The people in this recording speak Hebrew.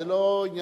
זה לא עניינך,